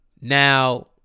Now